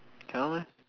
cannot meh